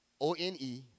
O-N-E